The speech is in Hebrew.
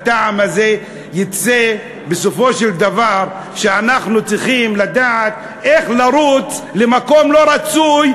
הטעם הזה יצא בסופו של דבר שאנחנו צריכים לדעת איך לרוץ למקום לא רצוי,